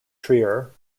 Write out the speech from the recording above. trier